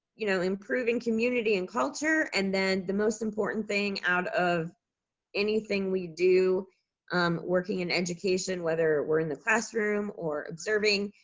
you know, improving community and culture and then the most important thing out of anything we do um working in education, whether we're in the classroom or observing.